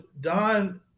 Don